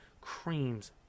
Creams